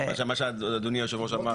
מה שאדוני יושב-הראש אמר.